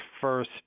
first